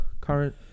current